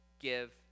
give